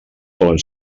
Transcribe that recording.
solen